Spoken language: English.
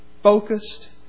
Focused